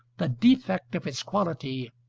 the defect of its quality,